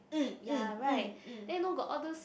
ya right then know got all those